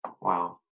Wow